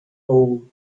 all